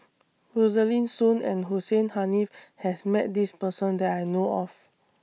Rosaline Soon and Hussein Haniff has Met This Person that I know of